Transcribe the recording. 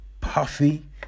Puffy